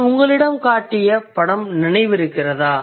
நான் உங்களிடம் காட்டிய படம் நினைவிருக்கிறதா